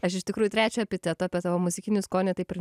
aš iš tikrųjų trečio epiteto apie tavo muzikinį skonį taip ir